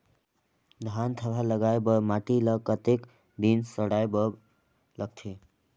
धान थरहा लगाय बर माटी ल कतेक दिन सड़ाय बर लगथे?